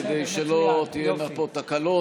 כדי שלא תהיינה פה תקלות,